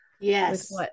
Yes